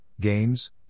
games